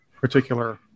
particular